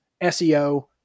SEO